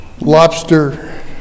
lobster